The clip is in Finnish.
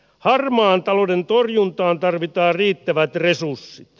harmaan talouden torjuntaan tarvitaan riittävät resurssit